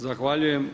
Zahvaljujem.